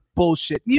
bullshit